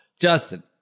Justin